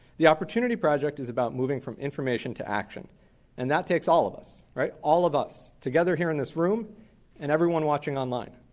the opportunity project is about moving from information to action and that takes all of us, right? all of us together here in this room and everyone watching online.